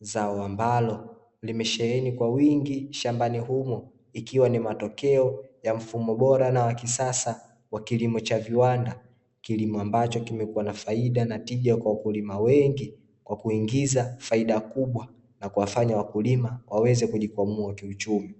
zao ambalo limesheheni kwa wingi shambani humo, ikiwa ni matokeo ya mfumo bora na wa kisasa wa kilimo cha viwanda, kilimo ambacho kimekuwa na faida na tija kwa wakulima wengi kwa kuingiza faida kubwa na kuwafanya wakulima waweza kujikwamua kiuchumi.